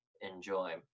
enjoy